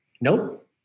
Nope